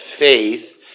faith